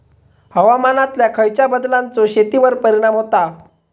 हवामानातल्या खयच्या बदलांचो शेतीवर परिणाम होता?